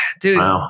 Dude